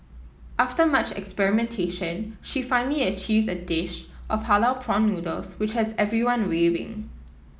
after much experimentation she finally achieved a dish of halal prawn noodles which has everyone raving